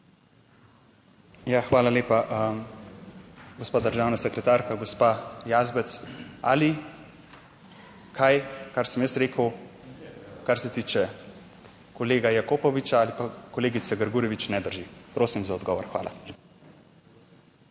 hvala lepa gospa državna sekretarka, gospa Jazbec ali kaj, kar sem jaz rekel, kar se tiče kolega Jakopoviča ali pa kolegice Grgurevič, ne drži? Prosim za odgovor. Hvala.